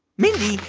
mindy,